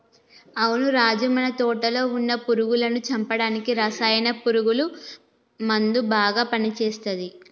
అవును రాజు మన తోటలో వున్న పురుగులను చంపడానికి రసాయన పురుగుల మందు బాగా పని చేస్తది